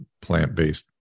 plant-based